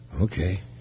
Okay